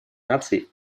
наций